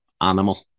animal